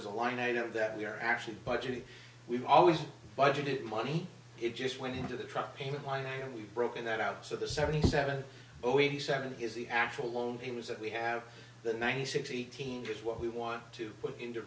is a line item that we are actually budgeted we've always budgeted money it just went into the truck payment line and we've broken that out so the seventy seven zero eighty seven is the actual loan payments that we have the ninety six eighteen that's what we want to put into